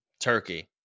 turkey